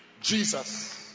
Jesus